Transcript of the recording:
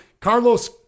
Carlos